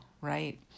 right